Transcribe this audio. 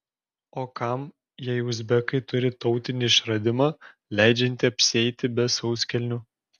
o kam jei uzbekai turi tautinį išradimą leidžiantį apsieiti be sauskelnių